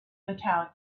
battalion